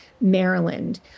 Maryland